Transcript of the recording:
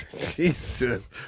Jesus